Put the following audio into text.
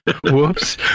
Whoops